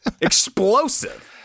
Explosive